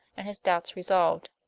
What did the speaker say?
and his doubts resolved.